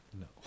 No